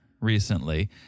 recently